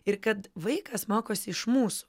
ir kad vaikas mokosi iš mūsų